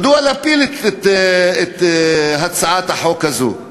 מדוע להפיל את הצעת החוק הזו?